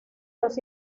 los